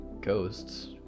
ghosts